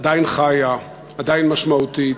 עדיין חיה, עדיין משמעותית.